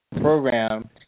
program